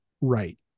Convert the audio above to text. Right